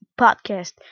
Podcast